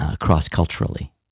cross-culturally